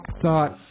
thought